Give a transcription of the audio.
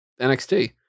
NXT